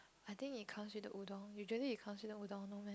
I think it comes with the udon usually it comes with the udon no meh